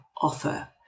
offer